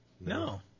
No